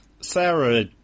Sarah